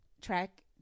track